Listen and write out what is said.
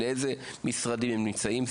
לאיזה משרדים הם נמצאים,